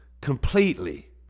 completely